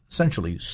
Essentially